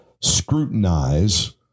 scrutinize